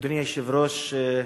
אדוני היושב-ראש,